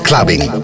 Clubbing